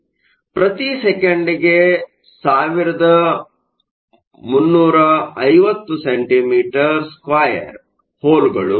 ಆದ್ದರಿಂದ ಪ್ರತಿ ಸೆಕೆಂಡಿಗೆ 1350 ಸೆಂಟಿಮೀಟರ್ ಸ್ಕ್ವೇರ್ ಹೋಲ್ಗಳು